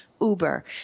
Uber